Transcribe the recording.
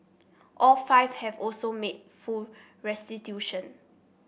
all five have also made full restitution